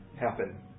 happen